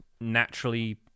naturally